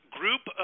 group